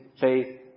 faith